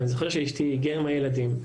אני זוכר שאשתי הגיעה עם הילדים,